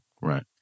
Right